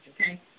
Okay